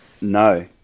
No